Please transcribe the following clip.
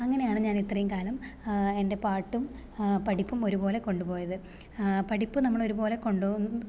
അങ്ങനെയാണ് ഞാൻ ഇത്രയും കാലം എൻ്റെ പാട്ടും പഠിപ്പും ഒരുപോലെ കൊണ്ടുപോയത് പഠിപ്പ് നമ്മളൊരുപോലെ കൊണ്ടുപോകുന്നു